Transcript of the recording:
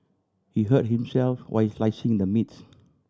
he hurt himself while slicing the meat